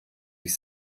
ich